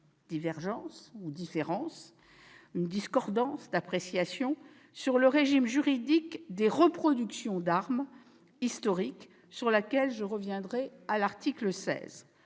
divergence- une différence, une discordance ? -d'appréciation sur le régime juridique des reproductions d'armes historiques, sur laquelle je reviendrai lors de